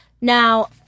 Now